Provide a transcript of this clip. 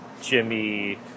jimmy